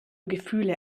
gefühle